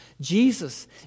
Jesus